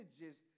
images